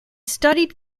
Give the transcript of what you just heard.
studied